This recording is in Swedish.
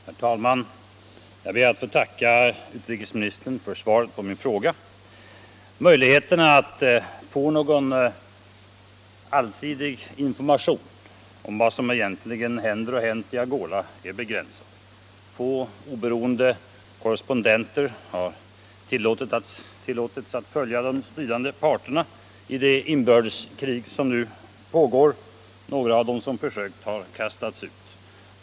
Herr talman! Jag ber att få tacka utrikesministern för svaret på min fråga. Möjligheterna att få någon allsidig information om vad som egentligen händer och har hänt i Angola är begränsade. Få oberoende korrespondenter har tillåtits följa de stridande parterna i det inbördeskrig som nu pågår. Några av dem som försökt har kastats ut.